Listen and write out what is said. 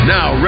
Now